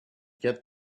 get